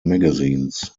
magazines